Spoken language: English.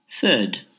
Third